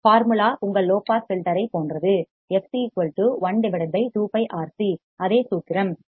formula உங்கள் low pass filter ஐப் போன்றது fc 1 2 πRC அதே சூத்திரம் லோ பாஸ் ஃபில்டர் க்கும் பயன்படுத்தினோம்